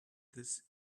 this